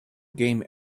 game